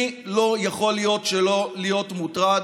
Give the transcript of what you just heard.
אני לא יכול שלא להיות מוטרד,